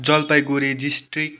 Jalpaiguri district